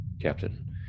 Captain